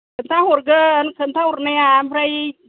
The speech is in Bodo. खोन्था हरगोन खोन्था हरनाया ओमफ्राय